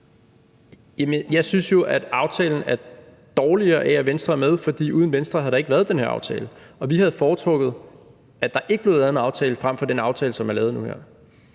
jeg synes jo, at aftalen er dårligere af, at Venstre er med, for uden Venstre havde der ikke været den her aftale, og vi havde foretrukket, at der ikke blev lavet en aftale, frem for den aftale, som er lavet nu her.